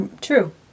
True